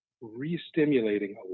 re-stimulating